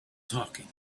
talking